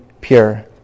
pure